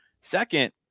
second